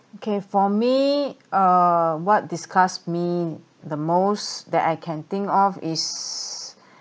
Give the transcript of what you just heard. okay for me uh what disgust me the most that I can think of is